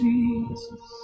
Jesus